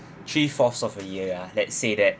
three fourths of a year ah let's say that